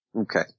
Okay